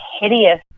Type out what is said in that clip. hideous